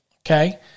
Okay